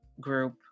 group